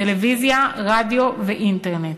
טלוויזיה, רדיו ואינטרנט.